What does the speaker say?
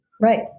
right